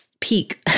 peak